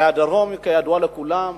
הרי הדרום, כידוע לכולם,